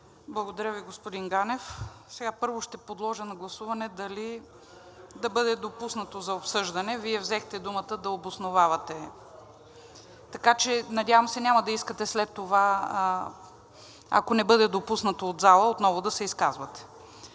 Благодаря Ви, господин Ганев. Първо ще подложа на гласуване дали да бъде допуснато за обсъждане. Вие взехте думата да обосновавате, така че, надявам се, няма да искате след това, ако не бъде допуснато от залата, отново да се изказвате.